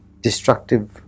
destructive